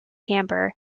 camber